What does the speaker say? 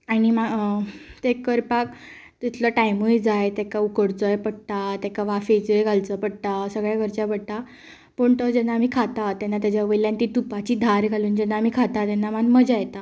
आनी हें तें करपाक तितलो टायमूय जाय तेका उकडचोय पडटा तेका वाफेचेर घालचो पडटा सगलें करचें पडटा पूण तो जेन्ना आमी खातात तेन्ना तेज्या वयल्यान ती तुपाची धार घालून जेन्ना आमी खाता तेन्ना मात मजा येता